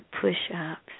push-ups